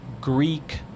Greek